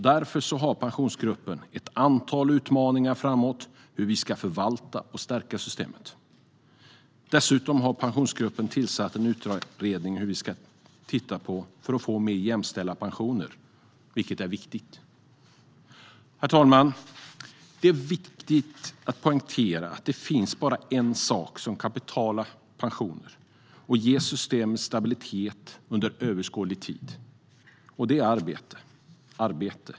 Därför har Pensionsgruppen ett antal utmaningar framåt när det gäller hur vi ska förvalta och stärka systemet. Pensionsgruppen har dessutom tillsatt en utredning som ska titta på hur vi kan få mer jämställda pensioner, vilket är viktigt. Herr talman! Det är viktigt att poängtera att det bara finns en sak som kan betala pensioner och ge systemet stabilitet under överskådlig tid: arbete.